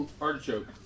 Artichoke